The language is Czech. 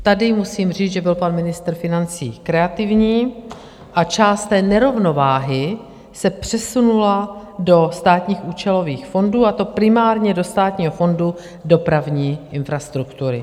Tady musím říct, že byl pan ministr financí kreativní a část té nerovnováhy se přesunula do státních účelových fondů, a to primárně do Státního fondu dopravní infrastruktury.